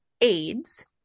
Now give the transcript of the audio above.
AIDS